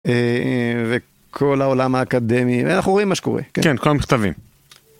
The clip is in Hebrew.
וכל העולם האקדמי, אנחנו רואים מה שקורה, כן, כל המכתבים.